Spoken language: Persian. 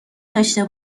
داشته